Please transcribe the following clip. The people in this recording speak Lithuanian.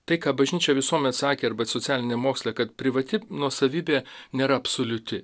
tai ką bažnyčia visuomet sakė arba socialinė moksle kad privati nuosavybė nėra absoliuti